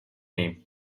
name